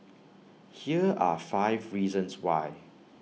here are five reasons why